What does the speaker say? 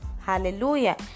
hallelujah